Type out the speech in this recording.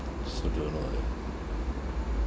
I also don't know leh